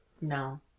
No